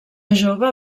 jove